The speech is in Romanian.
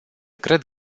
cred